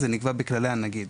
זה נמצא בכללי הנגיד.